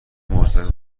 مرتبط